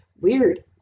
Weird